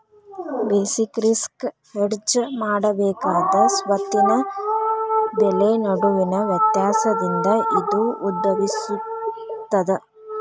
basic risk hedge ಮಾಡಬೇಕಾದ ಸ್ವತ್ತಿನ ಬೆಲೆ ನಡುವಿನ ವ್ಯತ್ಯಾಸದಿಂದ ಇದು ಉದ್ಭವಿಸ್ತದ